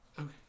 Okay